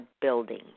building